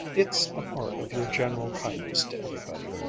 it's a part of your general kindness to everybody.